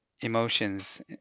emotions